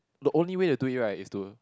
the only way to do it right is to